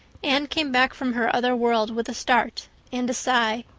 anne came back from her other world with a start and a sigh.